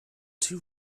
too